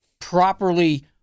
properly